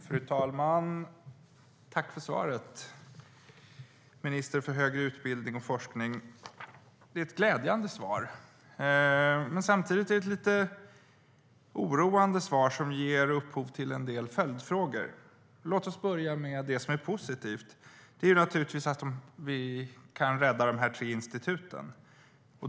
Fru talman! Tack för svaret, ministern för högre utbildning och forskning! Det är ett glädjande svar. Men samtidigt är det ett lite oroande svar som ger upphov till en del följdfrågor. Låt oss börja med det som är positivt. Det är naturligtvis att vi kan rädda de tre instituten.